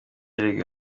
erega